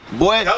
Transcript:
boy